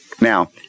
Now